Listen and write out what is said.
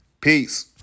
Peace